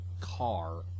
car